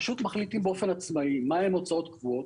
פשוט מחליטים באופן עצמאי מהם הוצאות קבועות.